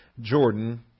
Jordan